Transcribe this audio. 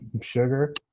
Sugar